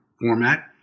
format